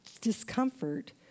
discomfort